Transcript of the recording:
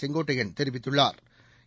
செங்கோட்டையன் தெரிவித்துள்ளாா்